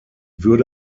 würde